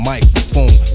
Microphone